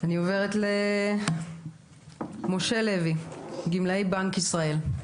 אני עוברת למשה לוי, מגימלאי בנק ישראל.